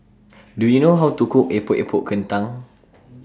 Do YOU know How to Cook Epok Epok Kentang